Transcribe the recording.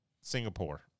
Singapore